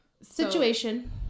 situation